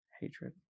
hatred